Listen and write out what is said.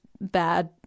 bad